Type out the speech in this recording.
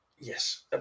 Yes